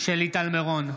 שלי טל מירון,